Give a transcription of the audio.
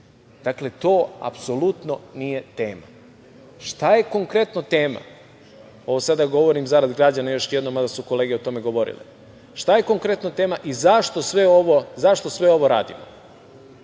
vreme. To apsolutno nije tema. Šta je konkretno tema? Ovo sada govorim zarada građana, mada su kolege o tome govorile. Šta je konkretno tema i zašto sve ovo radimo?